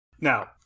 Now